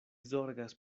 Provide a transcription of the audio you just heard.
zorgas